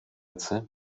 gesetze